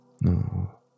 No